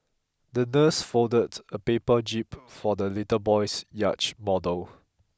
the nurse folded a paper jib for the little boy's yacht model